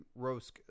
rosk